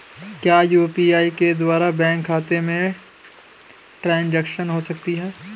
क्या यू.पी.आई के द्वारा बैंक खाते में ट्रैन्ज़ैक्शन हो सकता है?